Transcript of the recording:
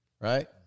right